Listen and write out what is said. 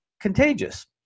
contagious